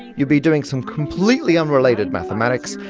you'll be doing some completely unrelated mathematics,